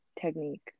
technique